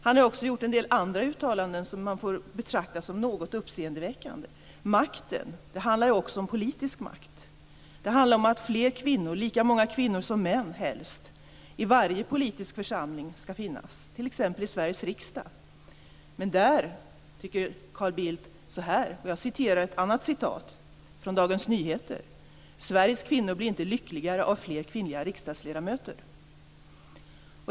Han har också gjort en del andra uttalanden som får betraktas som något uppseendeväckande. Makten handlar ju också om politisk makt, om att fler kvinnor - helst lika många kvinnor som män - skall finnas i varje politisk församling, t.ex. i Sveriges riksdag. Men där tycker Carl Bildt, och detta är ett citat från Dagens Nyheter: "Sveriges kvinnor blir inte lyckligare av fler kvinnliga riksdagsledamöter."